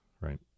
right